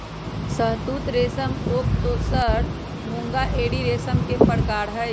शहतुत रेशम ओक तसर मूंगा एरी रेशम के परकार हई